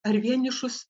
ar vienišus